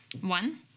One